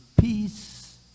peace